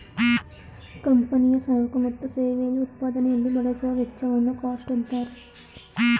ಕಂಪನಿಯ ಸರಕು ಮತ್ತು ಸೇವೆಯಲ್ಲಿ ಉತ್ಪಾದನೆಯಲ್ಲಿ ಬಳಸುವ ವೆಚ್ಚವನ್ನು ಕಾಸ್ಟ್ ಅಂತಾರೆ